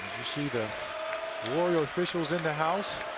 you see the warrior officials in the house.